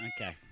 okay